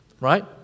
right